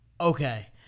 Okay